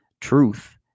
truth